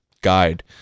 guide